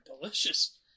delicious